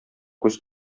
күз